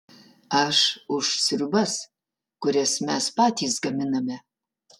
aš už sriubas kurias mes patys gaminame